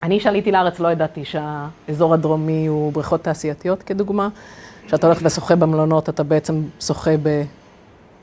אני, כשעליתי לארץ, לא ידעתי שהאזור הדרומי הוא בריכות תעשייתיות, כדוגמה. כשאתה הולך ושוחה במלונות, אתה בעצם שוחה ב